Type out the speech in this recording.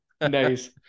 Nice